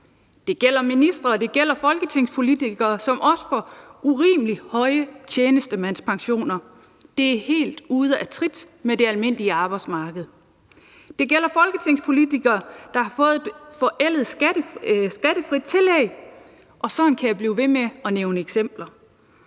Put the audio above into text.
Det gælder ministre, og det gælder folketingspolitikere, som også får urimelig høje tjenestemandspensioner. Det er helt ude af trit med det almindelige arbejdsmarked. Det gælder folketingspolitikere, der har fået et forældet skattefrit tillæg, og sådan kan jeg blive ved med at nævne eksempler.